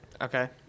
Okay